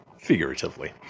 Figuratively